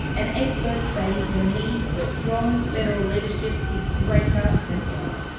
and experts say the need for strong federal leadership is greater than ever.